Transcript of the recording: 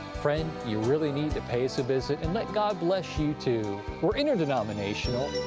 friend, you really need to pay so visit and let god bless you, too. were interdenominational,